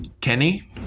Kenny